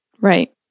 Right